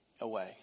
away